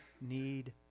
need